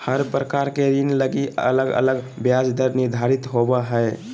हर प्रकार के ऋण लगी अलग अलग ब्याज दर निर्धारित होवो हय